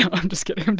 i'm just kidding. i'm